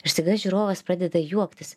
ir staiga žiūrovas pradeda juoktis